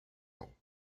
ans